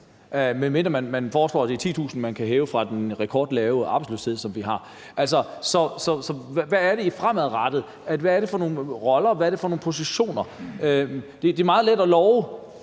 medmindre man foreslår, at det er 10.000 mennesker, som man kan få ind gennem den rekordlave arbejdsløshed, vi har. Så hvad skal det være fremadrettet? Hvad er det for nogle roller, Og hvad er det for nogle funktioner? Det er meget let at love